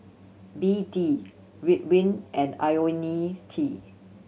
B D Ridwind and Ionil's T